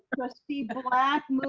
trustee black